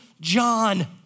John